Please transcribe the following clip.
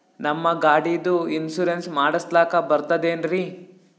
ನಮ್ಮ ಗಾಡಿದು ಇನ್ಸೂರೆನ್ಸ್ ಮಾಡಸ್ಲಾಕ ಬರ್ತದೇನ್ರಿ?